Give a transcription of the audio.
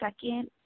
second